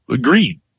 green